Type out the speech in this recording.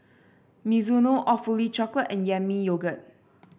Mizuno Awfully Chocolate and Yami Yogurt